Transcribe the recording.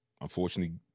unfortunately